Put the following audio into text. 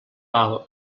val